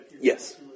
Yes